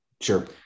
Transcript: Sure